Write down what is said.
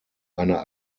einer